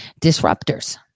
disruptors